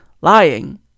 lying